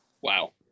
Wow